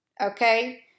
Okay